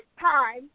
time